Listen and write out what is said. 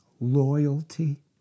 Loyalty